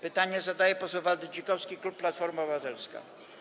Pytanie zadaje poseł Waldy Dzikowski, klub Platforma Obywatelska.